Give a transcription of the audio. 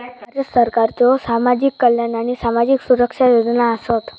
भारत सरकारच्यो सामाजिक कल्याण आणि सामाजिक सुरक्षा योजना आसत